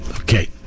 Okay